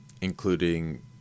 Including